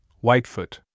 Whitefoot